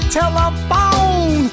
telephone